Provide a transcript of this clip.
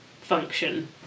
function